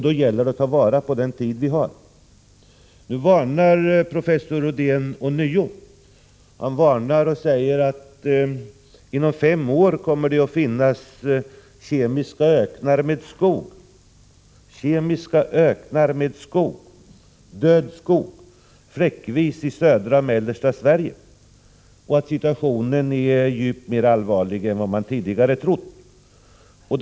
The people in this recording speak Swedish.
Det gäller att ta vara på den tid vi har. Nu varnar professor Odén ånyo. Han säger att det inom fem år kommer att finnas kemiska öknar med död skog — fläckvis i södra och mellersta Sverige. Situationen är betydligt mer allvarlig än vad man tidigare har trott.